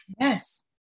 Yes